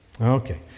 Okay